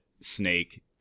snake